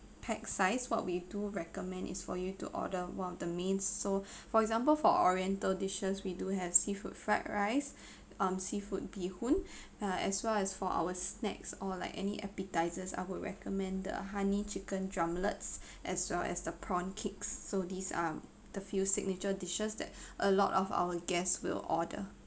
pack size what we do recommend is for you to order one of the main so for example for oriental dishes we do have seafood fried rice um seafood bee hoon uh as well as for our snacks or like any appetisers I would recommend the honey chicken drumlets as well as the prawn cakes so these are the few signature dishes that a lot of our guests will order